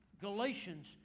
Galatians